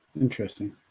interesting